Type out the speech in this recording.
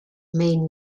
main